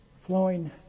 Flowing